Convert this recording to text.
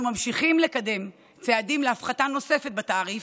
אנחנו ממשיכים לקדם צעדים להפחתה נוספת בתעריף,